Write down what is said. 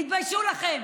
תתביישו לכם.